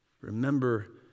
Remember